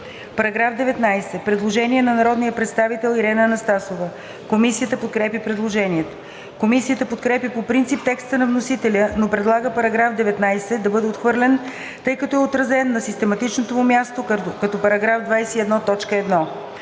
§ 19 – Предложение на народния представител Ирена Анастасова. Комисията подкрепя предложението. Комисията подкрепя по принцип текста на вносителя, но предлага § 19 да бъде отхвърлен, тъй като е отразен на систематичното му място като § 21,